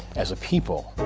as a people,